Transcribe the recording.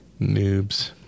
Noobs